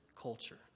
culture